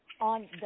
on